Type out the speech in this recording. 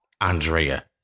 Andrea